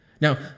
Now